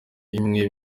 imwe